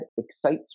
excites